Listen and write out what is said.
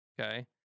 Okay